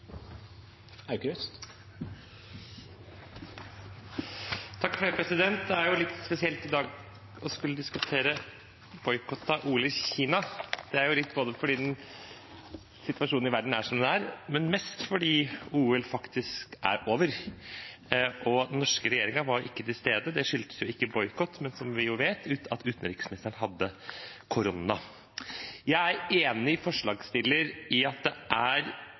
Det er litt spesielt i dag å skulle diskutere boikott av OL i Kina, litt fordi situasjonen i verden er som den er, men mest fordi OL faktisk er over, og den norske regjeringen var ikke til stede. Det skyldtes jo ikke boikott, men, som vi vet, at utenriksministeren hadde korona. Jeg er enig med forslagsstillerne i at det er